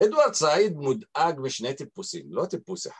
אדוארד זייד מודאג משני טיפוסים, לא טיפוס אחד